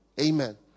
Amen